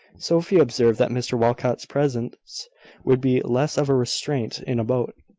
sophia observed that mr walcot's presence would be less of a restraint in a boat,